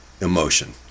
emotion